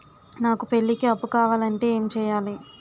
నాకు పెళ్లికి అప్పు కావాలంటే ఏం చేయాలి?